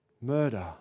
Murder